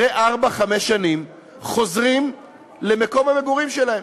אחרי ארבע-חמש שנים חוזרים למקום המגורים שלהם,